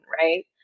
right